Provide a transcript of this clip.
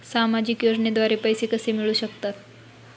सामाजिक योजनेद्वारे पैसे कसे मिळू शकतात?